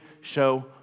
show